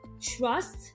trust